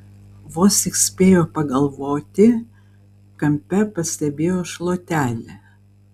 vos tik spėjo pagalvoti kampe pastebėjo šluotelę